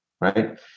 right